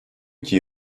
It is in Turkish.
iki